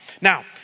Now